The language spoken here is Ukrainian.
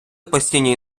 постійні